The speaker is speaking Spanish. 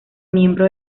miembro